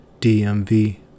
DMV